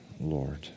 Lord